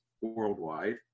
worldwide